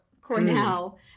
Cornell